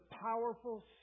powerful